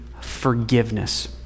forgiveness